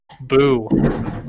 boo